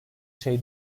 şey